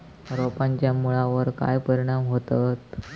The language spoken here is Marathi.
रोपांच्या मुळावर काय परिणाम होतत?